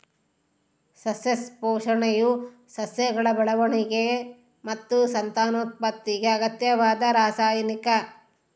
ಸಸ್ಯ ಪೋಷಣೆಯು ಸಸ್ಯಗಳ ಬೆಳವಣಿಗೆ ಮತ್ತು ಸಂತಾನೋತ್ಪತ್ತಿಗೆ ಅಗತ್ಯವಾದ ರಾಸಾಯನಿಕ